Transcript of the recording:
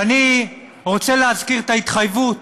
ואני רוצה להזכיר את ההתחייבות